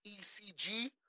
ECG